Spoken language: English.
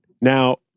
Now